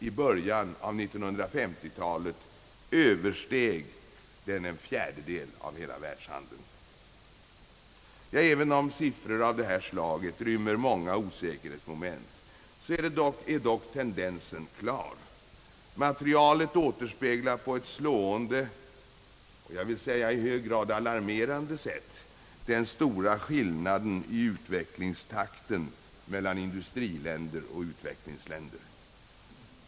I början av 1950 talet översteg den en fjärdedel av hela världshandeln. Även om siffror av det här slaget rymmer många osäkerhetsmoment, är dock tendensen klar. Materialet återspeglar på ett slående — och jag vill säga i hög grad alarmerande — sätt den stora skillnaden i utvecklingstakten mellan industriländer och utvecklingsländer.